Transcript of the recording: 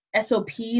SOPs